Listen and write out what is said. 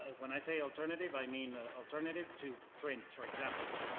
when i say alternative i mean alternative to print, for example.